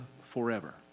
forever